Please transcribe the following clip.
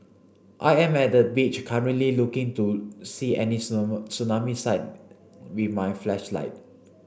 I am at the beach currently looking to see any tsunami sign with my flashlight